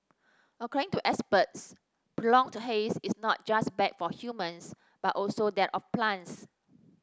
according to experts prolonged haze is not just bad for humans but also that of plants